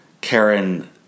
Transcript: Karen